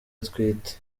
atwite